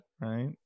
right